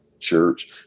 church